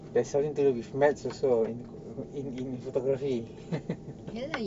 there's something to do with maths also in in in photography